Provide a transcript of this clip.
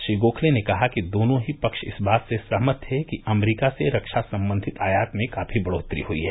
श्री गोखले ने कहा कि दोनों ही पक्ष इस बात से सहमत थे कि अमरीका से रक्षा संबंधित आयात में काफी बढ़ोतरी हुई हैं